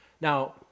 Now